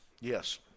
Yes